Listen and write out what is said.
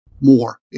more